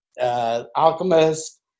Alchemist